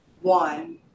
one